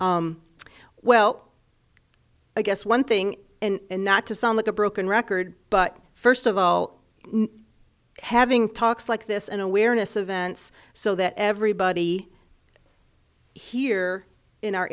well i guess one thing and not to sound like a broken record but first of all having talks like this an awareness events so that everybody here in our